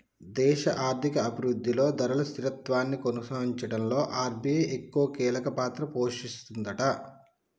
దేశ ఆర్థిక అభివృద్ధిలో ధరలు స్థిరత్వాన్ని కొనసాగించడంలో ఆర్.బి.ఐ ఎక్కువ కీలక పాత్ర పోషిస్తదట